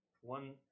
One